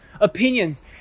opinions